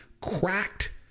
cracked